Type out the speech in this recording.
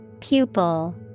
Pupil